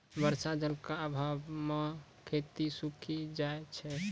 बर्षा जल क आभाव म खेती सूखी जाय छै